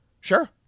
Sure